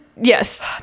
Yes